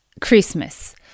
Christmas